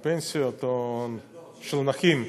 הפנסיות, או, לא, של הנכים.